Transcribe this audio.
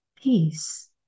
peace